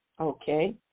Okay